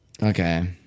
Okay